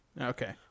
Okay